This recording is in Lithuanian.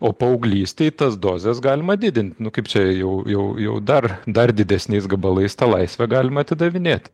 o paauglystėj tas dozes galima didint nu kaip čia jau jau jau dar dar didesniais gabalais tą laisvę galima atidavinėt